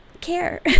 care